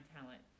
talent